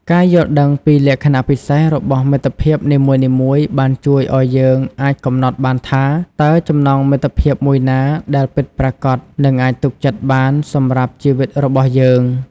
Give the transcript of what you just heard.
ការយល់ដឹងពីលក្ខណៈពិសេសរបស់មិត្តភាពនីមួយៗបានជួយឲ្យយើងអាចកំណត់បានថា តើចំណងមិត្តភាពមួយណាដែលពិតប្រាកដនិងអាចទុកចិត្តបានសម្រាប់ជីវិតរបស់យើង។